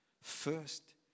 first